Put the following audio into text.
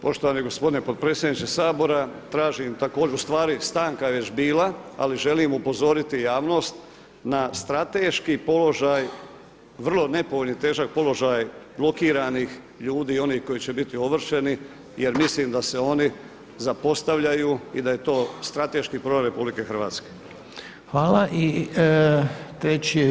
Poštovani gospodine potpredsjedniče Sabora, tražim također, u stvari stanka je već bila ali želim upozoriti javnost na strateški položaj, vrlo nepovoljni, težak položaj blokiranih ljudi i onih koji će biti ovršeni jer mislim da se oni zapostavljaju i da je to strateški problem Republike Hrvatske.